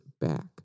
back